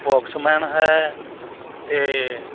Spokesman ਹੈ ਅਤੇ